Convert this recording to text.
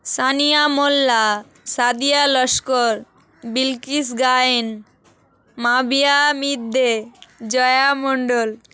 Sania Molla Sadia Laskar Bilkis Gayen Mabia Midya Joya Mondal